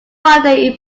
holiday